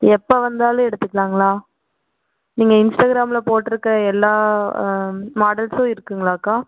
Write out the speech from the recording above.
எப்போ வந்தாலும் எடுத்துக்களாங்களா நீங்கள் இன்ஸ்டாகிராமில் போட்டுருக்க எல்லா மாடல்ஸும் இருக்குங்களாக்கா